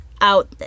out